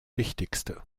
wichtigste